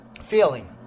feeling